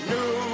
New